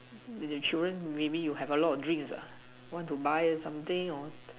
the children maybe you have many dreams ah want to buy something or